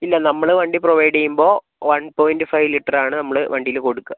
ഇല്ല നമ്മൾ വണ്ടി പ്രൊവൈഡ് ചെയ്യുമ്പോൾ വൺ പോയിൻ്റ് ഫൈവ് ലിറ്റർ ആണ് നമ്മൾ വണ്ടിയിൽ കൊടുക്കുക